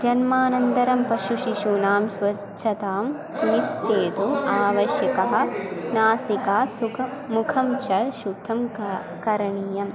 जन्मान्तरं पशुशिशूनां स्वस्च्छतां सनिश्चेतुम् आवश्यकः नासिका सुखं मुखं च शुद्धं का करणीयम्